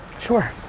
sure,